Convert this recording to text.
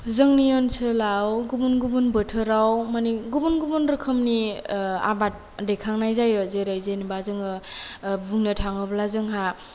जोंनि ओनसोलाव गुबुन गुबुन बोथोराव मानि गुबुन गुबुन रोखोमनि आबाद दैखांनाय जायो जेरै जेनोबा जोङो बुंनो थाङोब्ला जोंहा